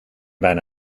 bijna